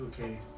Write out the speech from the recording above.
okay